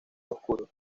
oscuro